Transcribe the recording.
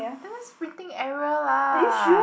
then that's printing error lah